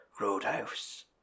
Roadhouse